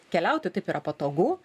keliauti taip yra patogu